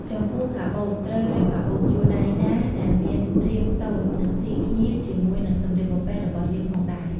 ចំពោះកាបូបត្រូវរើសកាបូបយួរដៃណាដែលមានរាងតូចនិងសុីគ្នាជាមួយនិងសម្លៀកបំពាក់របស់យើងផងដែរ។